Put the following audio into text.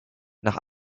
nach